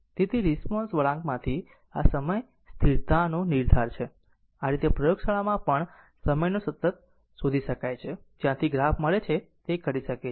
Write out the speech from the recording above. તેથી રિસ્પોન્સ વળાંકથી આ સમય સ્થિરતાનો નિર્ધાર છે આ રીતે પ્રયોગશાળામાં પણ સમયનો સતત શોધી શકાય છે જ્યાંથી જે ગ્રાફ મળે છે તે તે કરી શકે છે